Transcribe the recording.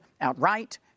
outright